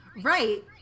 Right